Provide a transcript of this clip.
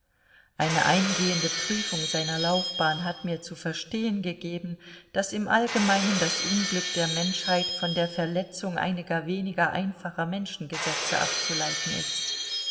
eine eingehende prüfung seiner laufbahn hat mir zu verstehen gegeben daß im allgemeinen das unglück der menschheit von der verletzung einiger weniger einfacher menschengesetze abzuleiten ist